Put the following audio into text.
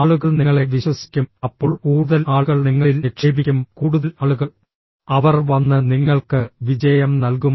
ആളുകൾ നിങ്ങളെ വിശ്വസിക്കും അപ്പോൾ കൂടുതൽ ആളുകൾ നിങ്ങളിൽ നിക്ഷേപിക്കും കൂടുതൽ ആളുകൾ അവർ വന്ന് നിങ്ങൾക്ക് വിജയം നൽകും